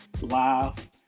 live